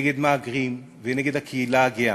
נגד מהגרים ונגד הקהילה הגאה.